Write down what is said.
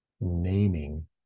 naming